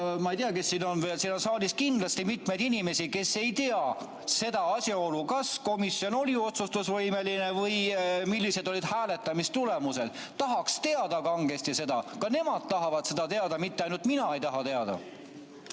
ma ei tea, kes siin on veel. Siin on saalis kindlasti mitmeid inimesi, kes ei tea seda asjaolu, kas komisjon oli otsustusvõimeline või millised olid hääletamistulemused. Tahaks seda teada kangesti. Ka nemad tahavad seda teada, mitte ainult mina ei taha teada.